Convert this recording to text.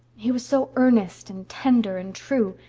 he was so earnest and tender and true.